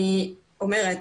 אני אומרת,